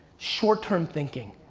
short term thinking.